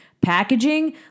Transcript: packaging